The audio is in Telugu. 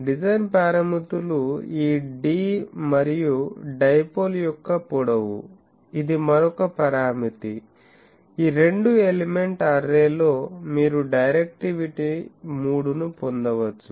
డిజైన్ పారామితులు ఈ d మరియు డైపోల్ యొక్క పొడవు ఇది మరొక పరామితి ఈ రెండు ఎలిమెంట్ అర్రే లో మీరు డైరెక్టివిటీ 3 ని పొందవచ్చు